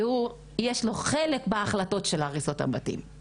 ויש לו חלק בהחלטות של הריסות הבתים.